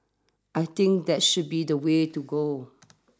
I think that should be the way to go